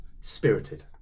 spirited